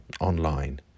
online